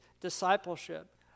discipleship